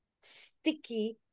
sticky